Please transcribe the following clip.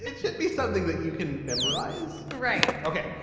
and should be something that you can memorize. right. ok,